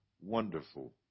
wonderful